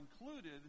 included